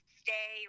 stay